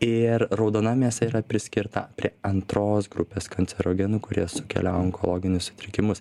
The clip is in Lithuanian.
ir raudona mėsa yra priskirta prie antros grupės kancerogenų kurie sukelia onkologinius sutrikimus